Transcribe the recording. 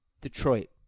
Detroit